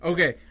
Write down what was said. Okay